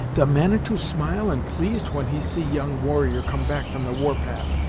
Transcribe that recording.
the manitou smile and pleased when he see young warrior come back from the war path,